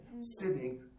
sitting